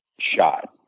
Shot